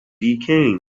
became